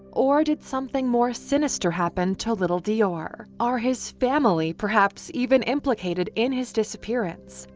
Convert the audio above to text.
or did something more sinister happen to little deorr? are his family perhaps even implicated in his disappearance?